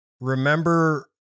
remember